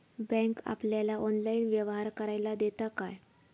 Bank आपल्याला online व्यवहार करायला देता काय?